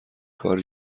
کاری